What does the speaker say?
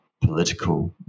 political